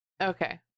Okay